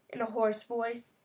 in a hoarse voice.